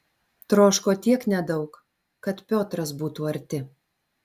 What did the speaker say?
troško tiek nedaug kad piotras būtų arti